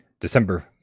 December